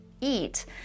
eat